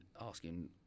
asking